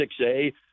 6A